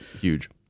huge